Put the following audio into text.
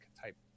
type